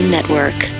Network